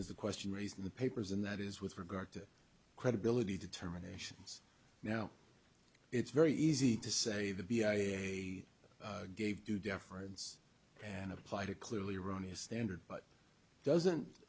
is the question raised in the papers and that is with regard to credibility determinations now it's very easy to say the b i a gave due deference and applied a clearly erroneous standard but doesn't